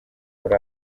muri